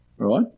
Right